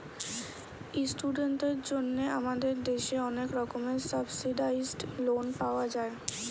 ইস্টুডেন্টদের জন্যে আমাদের দেশে অনেক রকমের সাবসিডাইসড লোন পাওয়া যায়